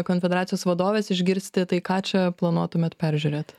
konfederacijos vadovės išgirsti tai ką čia planuotumėt peržiūrėt